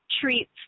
treats